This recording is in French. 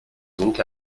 donc